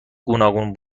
گوناگون